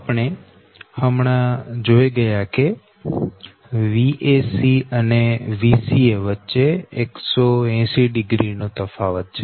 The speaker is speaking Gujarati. આપણે હમણાં જોઈ ગયા કે Vac અને Vca વચ્ચે 1800 નો તફાવત છે